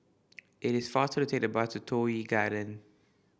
it is faster to take the bus to Toh Yi Garden